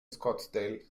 scottsdale